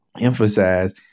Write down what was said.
emphasize